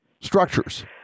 structures